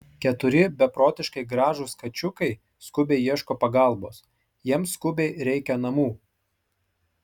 keturi beprotiškai gražūs kačiukai skubiai ieško pagalbos jiems skubiai reikia namų